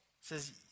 says